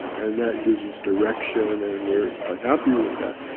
and that gives us direction, and we're quite happy with that,